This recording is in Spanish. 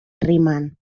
riemann